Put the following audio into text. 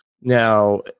Now